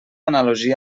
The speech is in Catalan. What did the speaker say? analogia